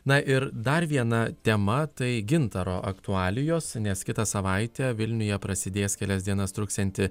na ir dar viena tema tai gintaro aktualijos nes kitą savaitę vilniuje prasidės kelias dienas truksianti